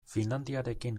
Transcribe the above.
finlandiarekin